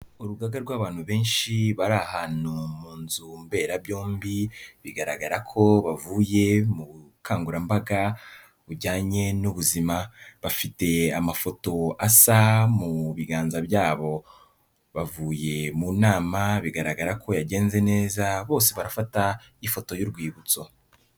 Urugaga rw'abantu benshi bari ahantu munzu mberabyombi, bigaragara ko bavuye mu bukangurambaga bujyanye n'ubuzima, bafite amafoto asa mu biganza byabo, bavuye mu nama bigaragara ko yagenze neza, bose barafata ifoto y'urwibutso.